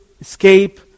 escape